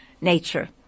nature